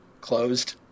closed